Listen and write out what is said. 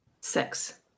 Six